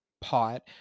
pot